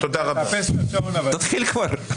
תתחיל כבר.